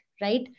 right